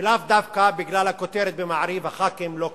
ולאו דווקא בגלל הכותרת ב"מעריב": הח"כים לא קופצים.